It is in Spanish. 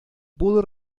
pudo